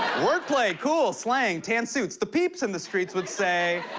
word play, cool. slang, tan suits. the peeps in the streets would say,